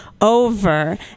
over